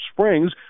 Springs